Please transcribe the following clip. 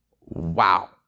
Wow